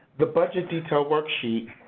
the budget detail worksheet